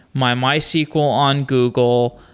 my mysql on google,